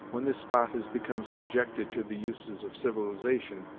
when this spot has become subjected to the uses of civilization,